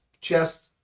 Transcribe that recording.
Chest